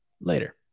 later